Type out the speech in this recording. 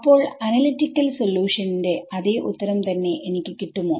അപ്പോൾ അനലിറ്റിക്കൽ സൊല്യൂഷന്റെ അതെ ഉത്തരം തന്നെ എനിക്ക് കിട്ടുമോ